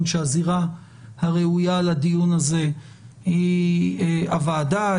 שהזירה הראויה לדיון הזה היא הוועדה,